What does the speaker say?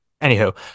anywho